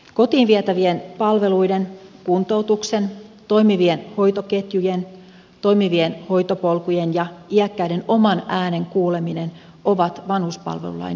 kotiin vietävät palvelut kuntoutus toimivat hoitoketjut toimivat hoitopolut ja iäkkäiden oman äänen kuuleminen ovat vanhuspalvelulain ydin